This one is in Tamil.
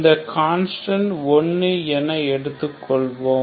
இந்த கான்ஸ்டன்ட் 1 என எடுத்து கொள்வோம்